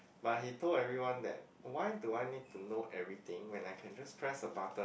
but he told everyone that why do I need to know everything when I can just press a button